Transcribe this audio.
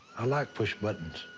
i like pushing buttons.